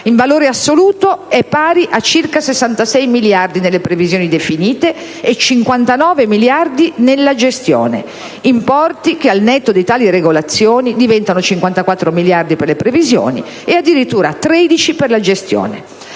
in valore assoluto è pari a circa 66 miliardi nelle previsioni definite e a 59 miliardi nella gestione, importi che al netto di tali regolazioni diventano 54 miliardi per le previsioni e, addirittura, 13 per la gestione.